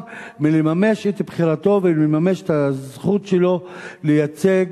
מלממש את בחירתו ולממש את הזכות שלו לייצג